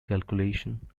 calculation